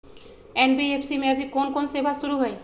NBFC में अभी कोन कोन सेवा शुरु हई?